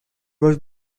was